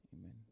Amen